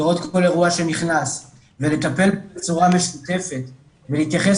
לראות כל אירוע שנכנס ולטפל בצורה משותפת ולהתייחס